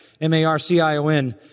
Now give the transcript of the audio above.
M-A-R-C-I-O-N